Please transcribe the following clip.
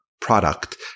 product